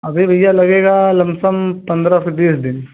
अभी भैया लगेगा लंपसम पंद्रह से बीस दिन